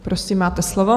Prosím, máte slovo.